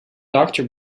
doctor